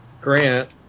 grant